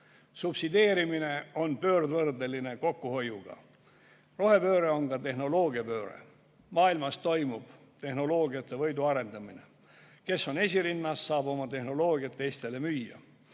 Subsideerimine on pöördvõrdeline kokkuhoiuga. Rohepööre on ka tehnoloogiapööre. Maailmas toimub tehnoloogiate võiduarendamine. Kes on esirinnas, saab oma tehnoloogiat teistele müüa.